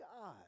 God